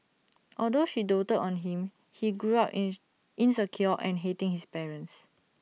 although she doted on him he grew up insecure and hating his parents